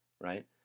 right